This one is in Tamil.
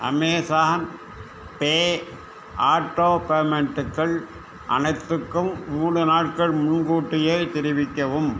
அமேஸான் பே ஆட்டோ பேமெண்ட்டுக்கள் அனைத்துக்கும் மூணு நாட்கள் முன்கூட்டியே தெரிவிக்கவும்